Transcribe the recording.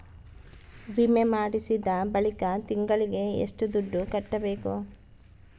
ವಿಮೆ ಮಾಡಿಸಿದ ಬಳಿಕ ತಿಂಗಳಿಗೆ ಎಷ್ಟು ದುಡ್ಡು ಕಟ್ಟಬೇಕು?